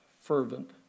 fervent